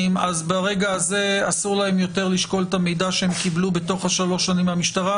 את לא הגעת כרגע עם נתונים לגבי אותם מקרים שחורגים מפרקי הזמן האלה.